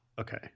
Okay